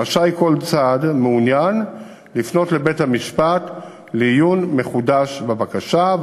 רשאי כל צד המעוניין לפנות לבית-המשפט לעיון מחודש בבקשה.